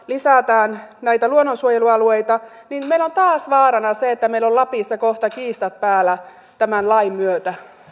lisätään näitä luonnonsuojelualueita niin meillä on taas vaarana se että meillä on lapissa kohta kiistat päällä tämän lain myötä